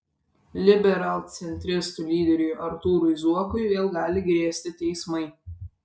liberalcentristų lyderiui artūrui zuokui vėl gali grėsti teismai